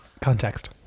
Context